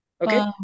Okay